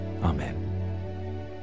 Amen